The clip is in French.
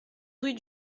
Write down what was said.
rue